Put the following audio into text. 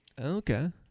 Okay